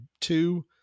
two